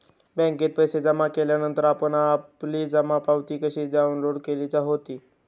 बँकेत पैसे जमा केल्यानंतर आपण आपली जमा पावती कशी डाउनलोड केली होती?